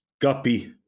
Guppy